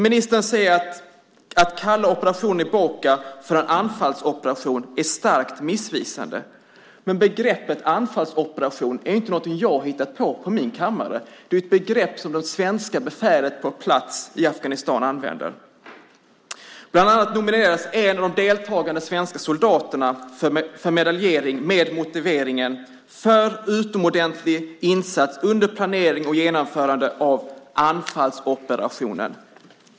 Ministern sade: "Att kalla operationen i Boka för en anfallsoperation är starkt missvisande." Men begreppet anfallsoperation är inte något jag har hittat på på min kammare. Det är ett begrepp som det svenska befälet på plats i Afghanistan använde. Bland annat nominerades en av de deltagande svenska soldaterna för medalj med följande motivering: "För utomordentlig insats under planering och genomförande av anfallsoperationen."